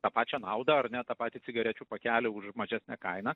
tą pačią naudą ar ne tą patį cigarečių pakelį už mažesnę kainą